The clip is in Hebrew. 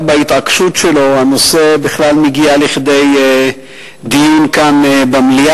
בגלל ההתעקשות שלו הנושא בכלל מגיע לכדי דיון במליאה.